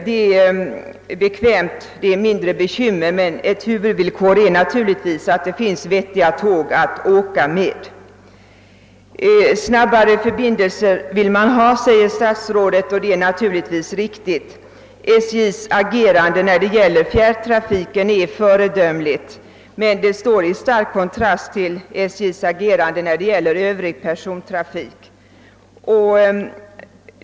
Det är bekvämt och medför mindre bekymmer, men ett huvudvillkor är naturligtvis att det finns lämpliga tåg att åka med. Statsrådet säger att man vill ha snabbare förbindelser och det är naturligtvis riktigt. SJ:s handlande när det gäller fjärrtrafiken är föredömligt, men det står i stark kontrast till agerandet i fråga om Övrig persontrafik.